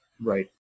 right